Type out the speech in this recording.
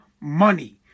money